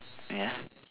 wait ah